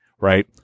right